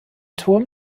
turm